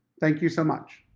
thank you so much!